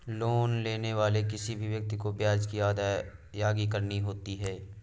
loan लेने वाले किसी भी व्यक्ति को ब्याज की अदायगी करनी होती है